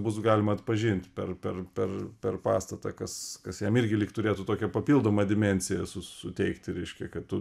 bus galima atpažint per per per per pastatą kas kas jam irgi lyg turėtų tokią papildomą dimensiją su suteikti reiškia kad tu